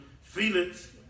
Felix